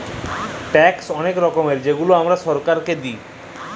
tax অলেক রকমের যেগলা আমরা ছরকারকে আমরা দিঁই